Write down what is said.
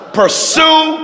pursue